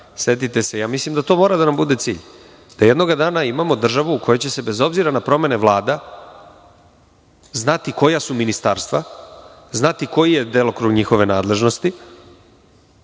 setite se, ja mislim da to mora da nam bude cilj, da jednoga dana imamo državu u kojoj će se bez obzira na promene vlada, znati koja su ministarstva, znati koji je delokrug njihove nadležnosti,